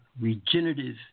regenerative